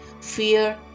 fear